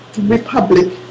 republic